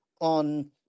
on